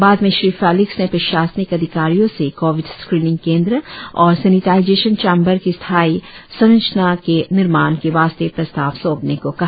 बाद में श्री फेलिक्स ने प्रशासनिक अधिकारियों से कोविड स्क्रीनिंग केंद्र और सेनिटाईजेशन चैंबर के स्थायी संचना के निर्माण के वास्ते प्रस्ताव सौंपने को कहा